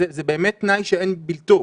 זה באמת תנאי שאין בלתו,